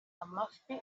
amafi